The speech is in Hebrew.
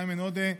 איימן עודה,